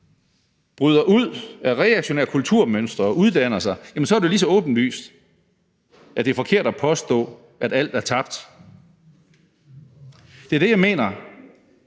bryder ud af reaktionære kulturmønstre og uddanner sig, så er det jo lige så åbenlyst, at det er forkert at påstå, at alt er tabt. Det er der, hvor vi mener